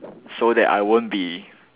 so that I won't be